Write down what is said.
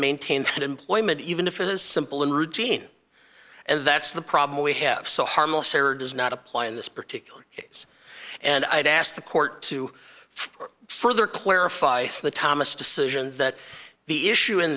maintain employment even if it is simple and routine and that's the problem we have so harmless error does not apply in this particular case and i'd ask the court to further clarify the thomas decision that the issue in